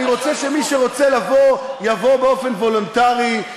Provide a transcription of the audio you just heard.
אני רוצה שמי שרוצה לבוא יבוא באופן וולונטרי,